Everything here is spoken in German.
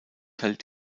hält